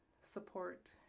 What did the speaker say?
support